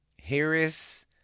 Harris